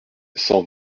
cent